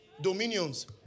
dominions